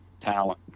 talent